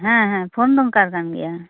ᱦᱮᱸ ᱦᱮᱸ ᱯᱷᱳᱱ ᱫᱚᱨᱠᱟᱨ ᱠᱟᱱ ᱜᱮᱭᱟ